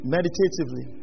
Meditatively